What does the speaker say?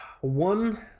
one